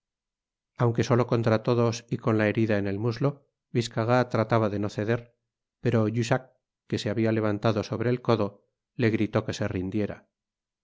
aunque solo contra todos y con la herida en el muslo biscarat trataba de no ceder pero jussac que se habia levantado sobre el co'do le gritó que se rindiera